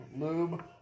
lube